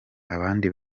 abandi